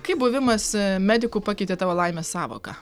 kaip buvimas mediku pakeitė tavo laimės sąvoką